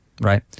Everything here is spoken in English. right